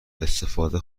استفاده